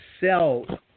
sell